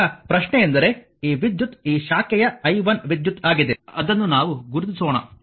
ಈಗ ಪ್ರಶ್ನೆಯೆಂದರೆ ಈ ವಿದ್ಯುತ್ ಈ ಶಾಖೆಯ i 1 ವಿದ್ಯುತ್ ಆಗಿದೆ ಅದನ್ನು ನಾವು ಗುರುತಿಸೋಣ